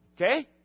Okay